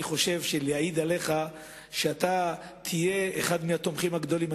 אני חושב שמיותר להעיד עליך שאתה תהיה אחד מהתומכים הגדולים.